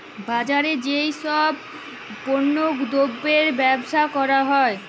বাজারে যেই সব গুলাপল্য দ্রব্যের বেবসা ক্যরা হ্যয়